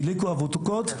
שהדליקו אבוקות,